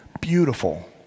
Beautiful